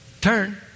Turn